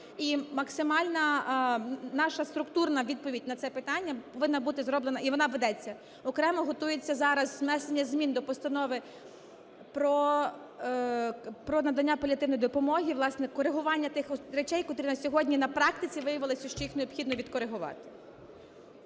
і максимальна наша структурна відповідь на це питання повинна бути зроблена, і вона ведеться. Окремо готується зараз внесення змін до постанови про надання паліативної допомоги, власне, корегування тих речей, котрі на сьогодні на практиці виявилося, що їх необхідно відкоригувати.